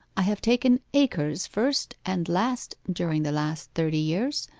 i have taken acres first and last during the last thirty years,